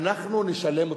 אנחנו נשלם אותם,